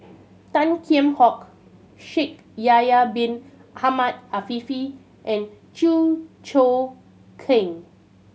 Tan Kheam Hock Shaikh Yahya Bin Ahmed Afifi and Chew Choo Keng